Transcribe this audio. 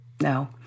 No